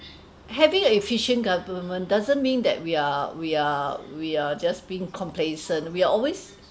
having an efficient government doesn't mean that we are we are we are just being complacent we're always